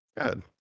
Good